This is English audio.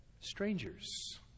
strangers